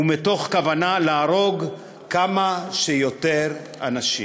ומתוך כוונה להרוג כמה שיותר אנשים.